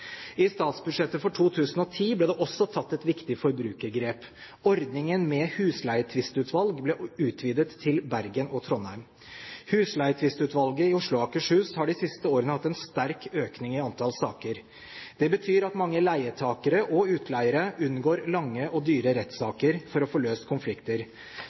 I statsbudsjettet for 2010 ble det også tatt et viktig forbrukergrep. Ordningen med husleietvistutvalg ble utvidet til Bergen og Trondheim. Husleietvistutvalget i Oslo og Akershus har de siste årene hatt en sterk økning i antall saker. Det betyr at mange leietakere og utleiere unngår lange og dyre rettssaker for å få løst konflikter.